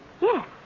Yes